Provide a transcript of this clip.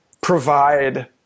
provide